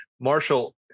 Marshall